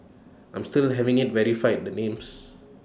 I'm still having IT verified the names